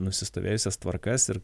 nusistovėjusias tvarkas ir